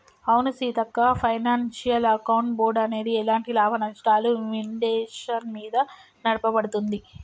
అవును Seethakka financial account board అనేది ఎలాంటి లాభనష్టాలు విండేషన్ మీద నడపబడుతుంది